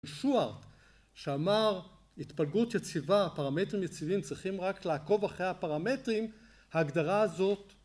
שואר שאמר התפלגות יציבה פרמטרים יציבים צריכים רק לעקוב אחרי הפרמטרים ההגדרה הזאת